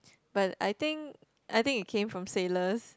but I think I think it came from sailors